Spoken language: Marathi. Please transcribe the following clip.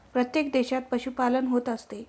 प्रत्येक देशात पशुपालन होत असते